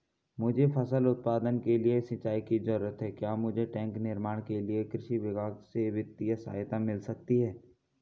मुझे फसल के उत्पादन के लिए सिंचाई की जरूरत है क्या मुझे टैंक निर्माण के लिए कृषि विभाग से वित्तीय सहायता मिल सकती है?